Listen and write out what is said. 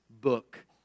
book